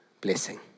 blessing